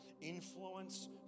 influence